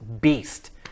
beast